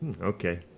Okay